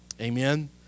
Amen